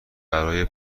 برای